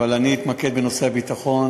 אבל אני אתמקד בנושא הביטחון,